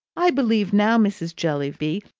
i believe now, mrs. jellyby,